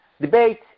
debate